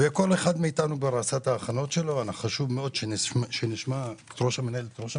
כל אחד מאתנו כבר עשה את ההכנות שלו אבל חשוב מאוד שנשמע את ראש הרשות.